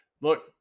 look